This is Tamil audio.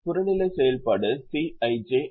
புறநிலை செயல்பாடு சிஜ் ஆகும்